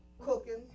cooking